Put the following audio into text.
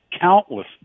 countless